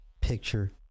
picture